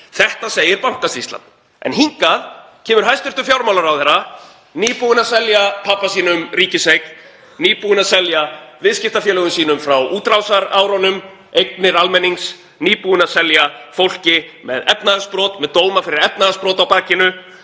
Þetta segir Bankasýslan. En hingað kemur hæstv. fjármálaráðherra, nýbúinn að selja pabba sínum ríkiseign, nýbúinn að selja viðskiptafélögum sínum frá útrásarárunum eignir almennings, nýbúinn að selja fólki með dóma fyrir efnahagsbrot á bakinu,